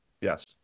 Yes